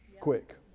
quick